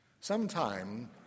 sometime